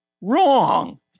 Wrong